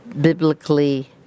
biblically